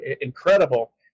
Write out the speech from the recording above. incredible